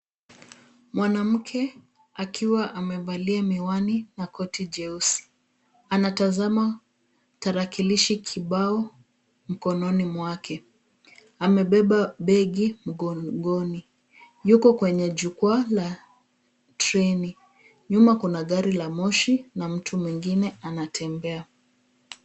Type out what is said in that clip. Mwanamke akiwa amevalia miwani na koti jeusi anatazama tarakilishi kibao mikononi mwake. Anabeba begi mgongoni. Yuko kwenye jukwaa la treni. Nyuma kuna gari la moshi na mtu mwengine anatembea.